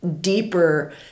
deeper